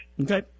Okay